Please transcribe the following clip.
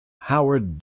howard